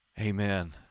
Amen